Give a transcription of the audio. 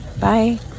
Bye